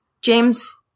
James